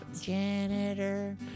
Janitor